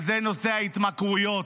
נושא ההתמכרויות.